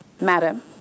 Madam